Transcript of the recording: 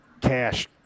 cash